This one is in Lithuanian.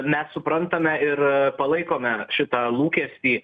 mes suprantame ir palaikome šitą lūkestį